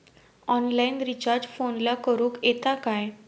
Online recharge फोनला करूक येता काय?